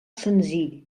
senzill